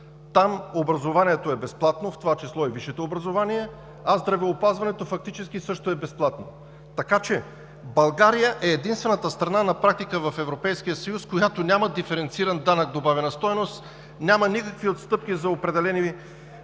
Там образованието е безплатно, в това число и висшето образование, а здравеопазването фактически също е безплатно. Така че на практика България е единствената страна в Европейския съюз, която няма диференциран данък добавена стойност, няма никакви отстъпки за определени